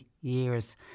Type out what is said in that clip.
years